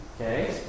Okay